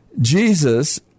Jesus –